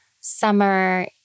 summer